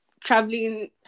traveling